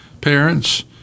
parents